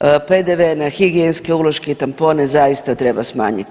PDV na higijenske uloške i tampone zaista treba smanjiti.